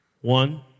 One